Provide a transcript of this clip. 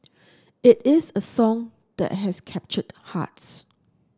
it is a song that has captured hearts